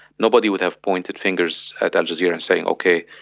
nobody would have pointed fingers at al jazeera saying, okay,